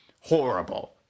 horrible